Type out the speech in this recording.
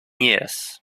years